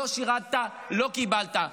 לא שירת, לא קיבלת.